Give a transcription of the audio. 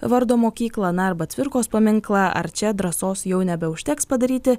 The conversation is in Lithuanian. vardo mokyklą na arba cvirkos paminklą ar čia drąsos jau nebeužteks padaryti